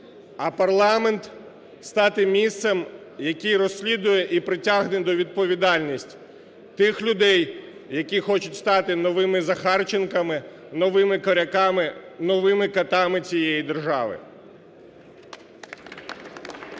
а парламент стати місцем, який розслідує і притягне до відповідальності тих людей, які хочуть стати новими захарченками новими коряками, новими катами цієї держави.